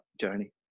journey